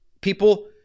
People